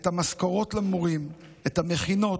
את המשכורות למורים, את המכינות,